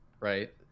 right